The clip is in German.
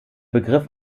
begriff